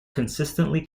consistently